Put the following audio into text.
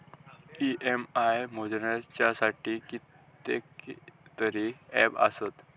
EMI मोजुच्यासाठी कितकेतरी app आसत